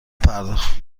پرداخت